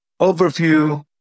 overview